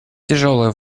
тяжелые